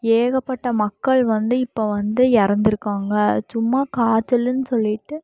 ஏகப்பட்ட மக்கள் வந்து இப்போ வந்து இறந்துருக்காங்க சும்மா காய்ச்சலுன்னு சொல்லிவிட்டு